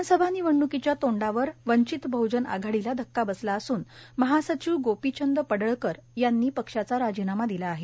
विधानसभा निवडणुकीच्या तोंडावर वंचित बहजन आघाडीला धक्का बसला असून महासचिव गोपीचंद पडळकर यांनी पक्षाचा राजीनामा दिला आहे